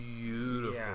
beautiful